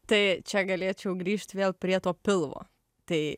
tai čia galėčiau grįžt vėl prie to pilvo tai